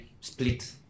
split